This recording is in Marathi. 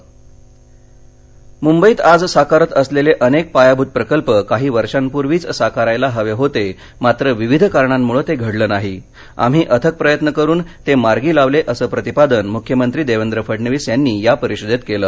फडणविसः मुंबईत आज साकारत असलेले अनेक पायाभुत प्रकल्प काही वर्षापुर्वीच साकारायला हवे होते मात्र विविध कारणांमुळे ते घडलं नाही आम्ही अथक प्रयत्न करून ते मार्गी लावले असं प्रतिपादन मुख्यमंत्री देवेंद्र फडणविस यांनी या परिषदेत केलं